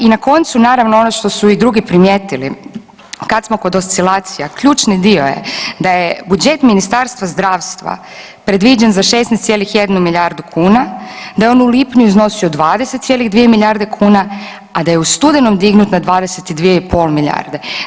I na koncu naravno ono što su i drugi primijetili, kad smo kod oscilacija ključni dio je da je budžet Ministarstva zdravstva predviđen za 16,1 milijardu kuna, da je on u lipnju iznosio 20,2 milijarde kuna, a da je u studenom dignut na 22,5 milijarde.